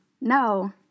no